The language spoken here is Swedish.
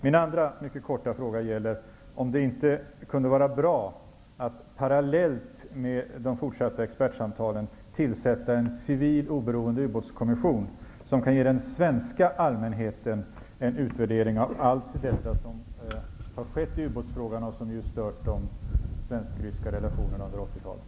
Min andra mycket korta fråga är om det inte kunde vara bra att parallellt med de fortsatta expertsamtalen tillsätta en civil oberoende ubåtskommission, som kan ge den svenska allmänheten en utvärdering av allt detta som har skett i ubåtsfrågan och som har stört de svensk-- ryska relationerna under 80-talet.